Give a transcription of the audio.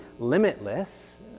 Limitless